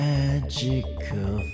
Magical